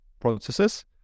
processes